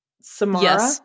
Samara